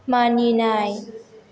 मानिनाय